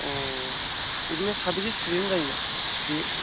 अ बिदिनो साबैसे स्टुडेन्त जायोनो बेयो